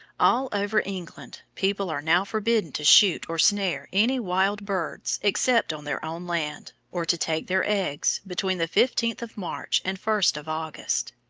all over england people are now forbidden to shoot or snare any wild birds except on their own land, or to take their eggs, between the fifteenth of march and first of august.